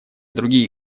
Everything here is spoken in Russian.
другие